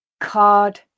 Card